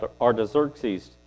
Artaxerxes